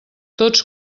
tots